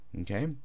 okay